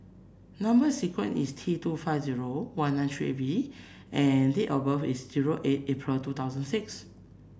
number sequence is T two five zero one nine three eight V and date of birth is zero eight April two thousand and six